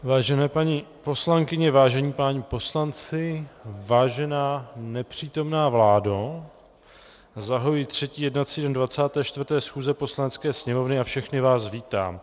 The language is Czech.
Vážené paní poslankyně, vážení páni poslanci, vážená nepřítomná vládo, zahajuji třetí jednací den 24. schůze Poslanecké sněmovny a všechny vás vítám.